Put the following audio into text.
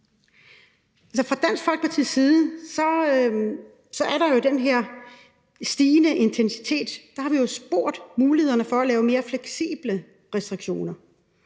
Fra Dansk Folkepartis side er der jo den her stigende intensitet. Der har vi jo spurgt om mulighederne for at lave mere fleksible restriktioner,